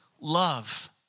love